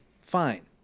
fine